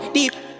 Deep